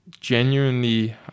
genuinely